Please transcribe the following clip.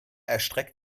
erstreckt